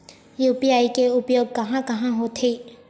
UPI के उपयोग कहां कहा होथे?